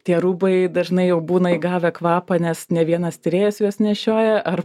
tie rūbai dažnai jau būna įgavę kvapą nes ne vienas tyrėjas juos nešioja ar